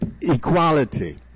equality